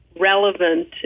relevant